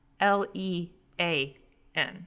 L-E-A-N